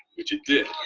which it did.